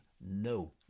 No